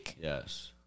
Yes